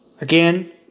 Again